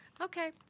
Okay